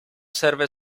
serve